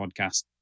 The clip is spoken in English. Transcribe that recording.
podcast